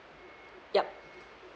yup